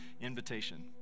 invitation